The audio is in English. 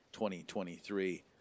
2023